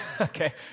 okay